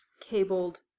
cabled